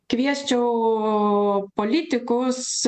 kviesčiau politikus